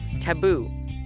taboo